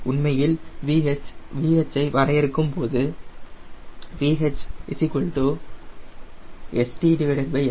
உண்மையில் VH ஐ வரையறுக்கும் போது VH St Sw